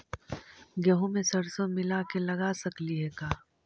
गेहूं मे सरसों मिला के लगा सकली हे का?